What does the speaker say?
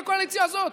בקואליציה הזאת?